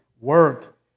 work